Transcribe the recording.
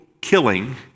killing